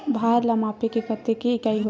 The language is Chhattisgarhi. भार ला मापे के कतेक इकाई होथे?